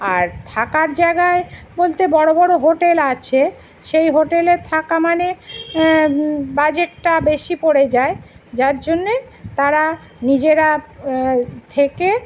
আর থাকার জায়গা বলতে বড় বড় হোটেল আছে সেই হোটেলে থাকা মানে বাজেটটা বেশি পড়ে যায় যার জন্য তারা নিজেরা থেকে